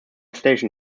station